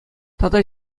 тата